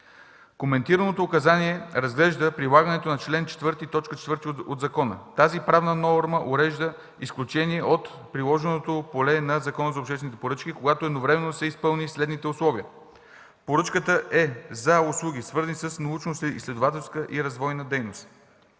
Коментираното указание разглежда прилагането на чл. 4, т. 4 от закона. Тази правна норма урежда изключения от приложното поле на Закона за обществените поръчки, когато едновременно са изпълнени следните условия – поръчката е за услуги, свързани с научноизследователска и развойна дейност,